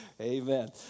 Amen